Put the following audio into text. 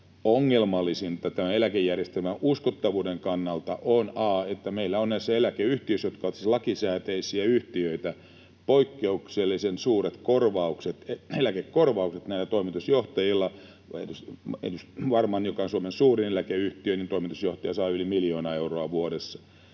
ongelmallisinta tämän eläkejärjestelmän uskottavuuden kannalta, on, että meillä on näissä eläkeyhtiöissä, jotka ovat siis lakisääteisiä yhtiöitä, poikkeuksellisen suuret eläkekorvaukset näillä toimitusjohtajilla — esimerkiksi Varman, joka on Suomen suurin eläkeyhtiö, toimitusjohtaja saa yli miljoona euroa vuodessa